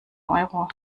euro